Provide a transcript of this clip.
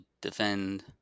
defend